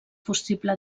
possible